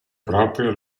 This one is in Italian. proprio